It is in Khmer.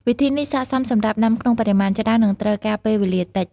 វិធីនេះស័ក្តិសមសម្រាប់ដាំក្នុងបរិមាណច្រើន និងត្រូវការពេលវេលាតិច។